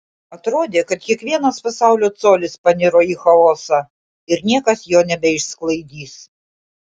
atrodė kad kiekvienas pasaulio colis paniro į chaosą ir niekas jo nebeišsklaidys